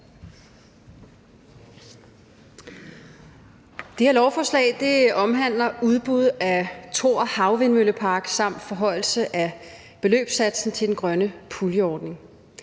Det her lovforslag omhandler udbuddet af Thor Havvindmøllepark samt en forhøjelse af beløbssatsen til den grønne puljeordning.